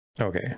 okay